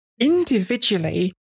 individually